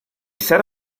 set